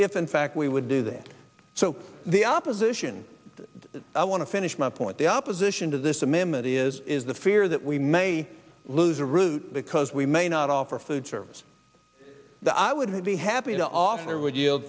if in fact we would do that so the opposition i want to finish my point the opposition to this amendment is is the fear that we may lose a route because we may not offer food service i would be happy to offer would you